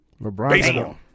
LeBron